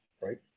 right